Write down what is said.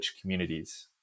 communities